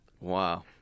Wow